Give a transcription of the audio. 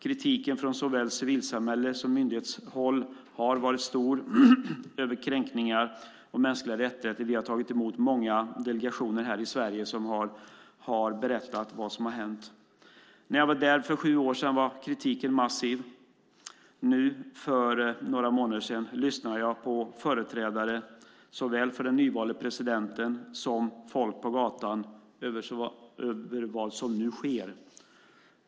Kritiken från såväl civilsamhälle som myndighetshåll har varit stor över kränkningar av mänskliga rättigheter. Vi har tagit emot många delegationer här i Sverige som har berättat om vad som har hänt. När jag var där för sju år sedan var kritiken massiv. Nu för några månader sedan lyssnade jag på företrädare såväl för den nyvalde presidenten som folk på gatan för att höra vad som nu sker.